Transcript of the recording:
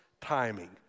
timing